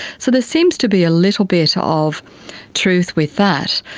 so there seems to be a little bit ah of truth with that.